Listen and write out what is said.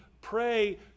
pray